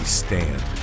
stand